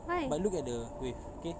but look at the wave okay